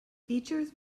features